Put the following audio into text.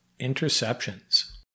interceptions